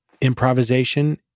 improvisation